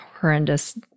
horrendous